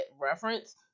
reference